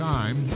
Time